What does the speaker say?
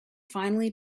finally